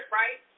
right